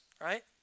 right